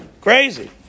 Crazy